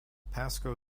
pasco